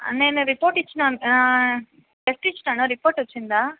నేను రిపోర్ట్ ఇచ్చినా బ్లడ్ ఇచ్చినాను రిపోర్ట్ వచ్చిందా